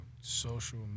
social